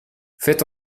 faites